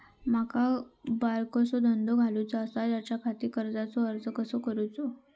माका बारकोसो धंदो घालुचो आसा त्याच्याखाती कर्जाचो अर्ज कसो करूचो?